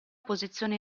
posizione